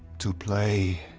to play,